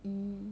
mm